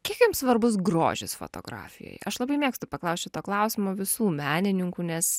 kiek jums svarbus grožis fotografijoj aš labai mėgstu paklaust šito klausimo visų menininkų nes